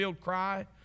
cry